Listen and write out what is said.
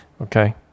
Okay